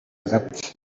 agapfa